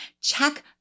check